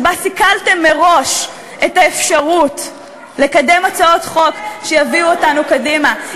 שבה סיכלתם מראש את האפשרות לקדם הצעות חוק שיביאו אותנו קדימה.